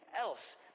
else